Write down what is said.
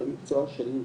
במקצוע שלי,